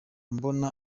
mbona